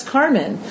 Carmen